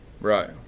right